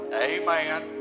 Amen